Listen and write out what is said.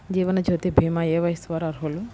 జీవనజ్యోతి భీమా ఏ వయస్సు వారు అర్హులు?